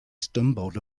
stumbled